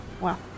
wow